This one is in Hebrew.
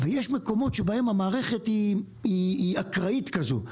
ויש מקומות שבהם המערכת אקראית כזאת.